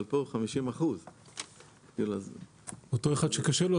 אבל פה 50%. אותו אחד שקשה לו,